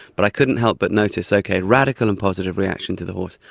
but i couldn't help but notice, okay, radical and positive reaction to the horse,